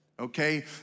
Okay